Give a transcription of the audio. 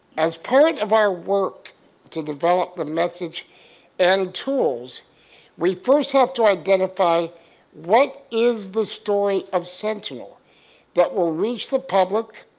as part of our work to develop the message and tools we first have to identify what is the story of sentinel that will reach the public,